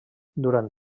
durant